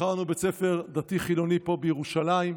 בחרנו בית ספר דתי-חילוני פה בירושלים.